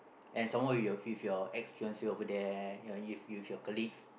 and some more with with your ex ex-finance over there with your colleagues